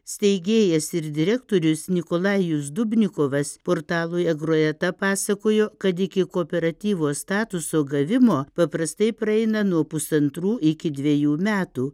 steigėjas ir direktorius nikolajus dubnikovas portalui agroeta pasakojo kad iki kooperatyvo statuso gavimo paprastai praeina nuo pusantrų iki dvejų metų